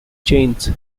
chains